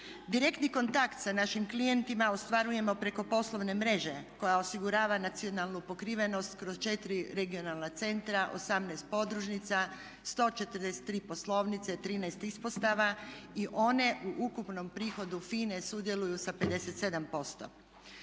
Direktni kontakt sa našim klijentima ostvarujemo preko poslovne mreže koja osigurava nacionalnu pokrivenost kroz četiri regionalna centra, 18 podružnica, 143 poslovnice, 13 ispostava i one u ukupnom prihodu FINA-e sudjeluju sa 57%.